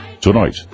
Tonight